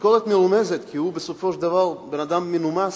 ביקורת מרומזת, כי הוא בסופו של דבר בן-אדם מנומס